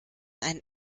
einen